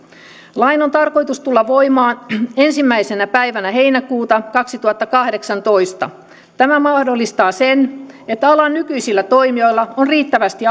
lain on tarkoitus tulla voimaan ensimmäisenä päivänä heinäkuuta kaksituhattakahdeksantoista tämä mahdollistaa sen että alan nykyisillä toimijoilla on riittävästi